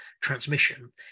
transmission